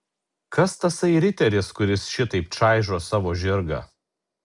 kas tasai riteris kuris šitaip čaižo savo žirgą